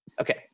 Okay